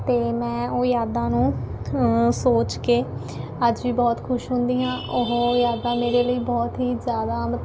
ਅਤੇ ਮੈਂ ਉਹ ਯਾਦਾਂ ਨੂੰ ਸੋਚ ਕੇ ਅੱਜ ਵੀ ਬਹੁਤ ਖੁਸ਼ ਹੁੰਦੀ ਹਾਂ ਉਹ ਯਾਦਾਂ ਮੇਰੇ ਲਈ ਬਹੁਤ ਹੀ ਜ਼ਿਆਦਾ ਮ